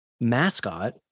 mascot